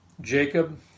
Jacob